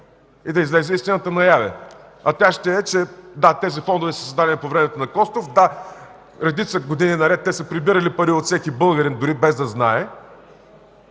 и да излезе истината наяве. А тя ще е, че, да, тези фондове са създадени по времето на Костов; да, години наред те са прибирали пари от всеки българин, дори без да знае;